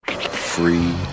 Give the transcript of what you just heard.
Free